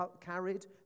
carried